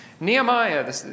Nehemiah